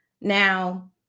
Now